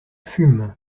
fume